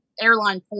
airline